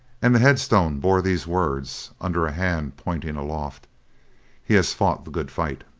and the head-stone bore these words, under a hand pointing aloft he has fought the good fight.